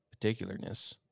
particularness